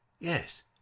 yes